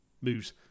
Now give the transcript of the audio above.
moves